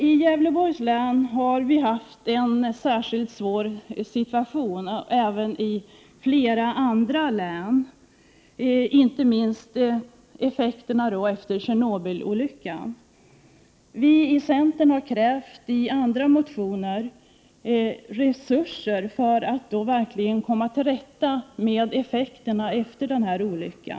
I Gävleborgs län — och även i flera andra län — har vi haft en särskilt svår situation, inte minst på grund av effekterna efter Tjernobylolyckan. Vi i centern har i andra motioner krävt resurser för att verkligen komma till rätta med effekterna efter denna olycka.